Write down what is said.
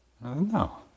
No